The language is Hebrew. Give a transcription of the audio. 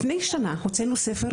לפני כשנה הוצאנו ספר,